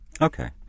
Okay